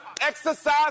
exercise